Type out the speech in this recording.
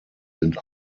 sind